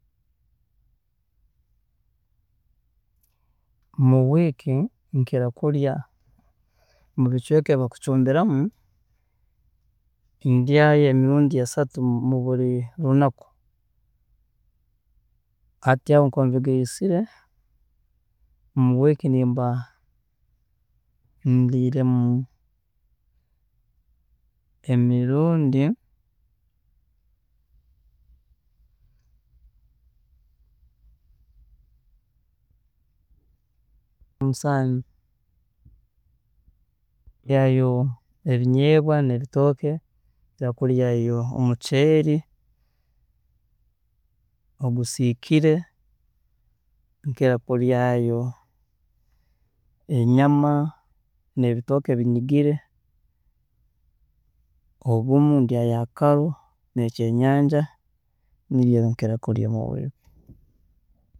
Mu week nkira kurya mubicweeka ebi ebibakucumbiramu, ndaayo emirundi esatu muburi lunaku, hati aho obu nkuba mbigaisire, mu week nimba ndiiremu emirundi musanju. Nkira kuryaayo ebinyeebwa nebitooke, nkira kuryaayo omuceeri ogusiikire, nkira kuryaayo enyama nebitooke ebinyigire, obumu ndyaayo akaro nekyenyanja nibyo nkira kurya mu week